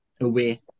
away